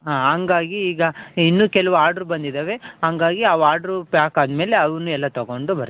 ಹಾಂ ಹಂಗಾಗಿ ಈಗ ಇನ್ನು ಕೆಲವು ಆರ್ಡ್ರ್ ಬಂದಿದ್ದಾವೆ ಹಂಗಾಗಿ ಆ ವಾಡ್ರು ಪ್ಯಾಕ್ ಆದಮೇಲೆ ಅವನ್ನು ಎಲ್ಲ ತಗೊಂಡು ಬರ್ತೀವಿ